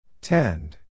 Tend